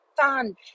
fun